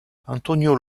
antonio